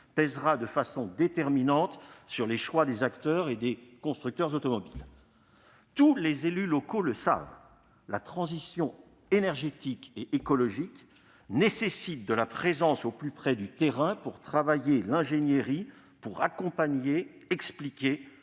pèsera de façon déterminante sur les choix des acheteurs et des constructeurs automobiles. Tous les élus locaux le savent : la transition énergétique et écologique nécessite une présence au plus près du terrain pour travailler l'ingénierie, pour accompagner, expliquer,